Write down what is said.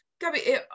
Gabby